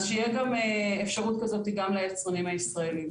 אז שתהיה גם אפשרות כזאת גם ליצרנים הישראלים,